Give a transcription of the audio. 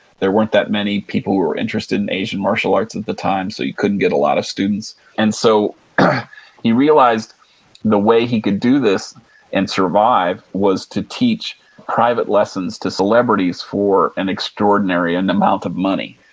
there weren't that many. people weren't interested in asian martial arts at the time, so you couldn't get a lot of students and so he realized the way he could do this and survive was to teach private lessons to celebrities for an extraordinary and amount of money.